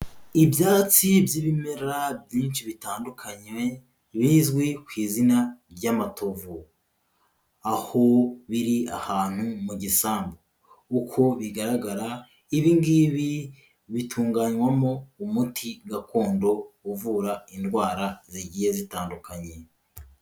Ibyatsi by'ibimera byinshi bitandukanye, bizwi ku izina ry'amatovu, aho biri ahantu mu gisambu, uko bigaragara ibi ngibi bitunganywamo umuti gakondo uvura indwara zigiye zitandukanye.